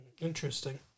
Interesting